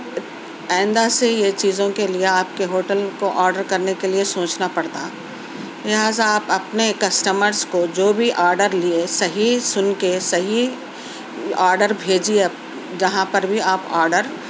آئندہ سے یہ چیزوں کے لئے آپ کے ہوٹل کو آرڈر کرنے کے لئے سوچنا پڑتا لہذا آپ اپنے کسٹمرس کو جو بھی آرڈر لئے صحیح سُن کے صحیح آرڈر بھیجیے جہاں پر بھی آپ آرڈر